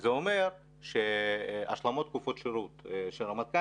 וזה אומר שהשלמות תקופות שירות של הרמטכ"ל